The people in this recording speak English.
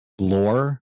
lore